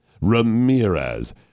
Ramirez